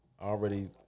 already